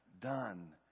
done